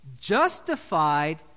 justified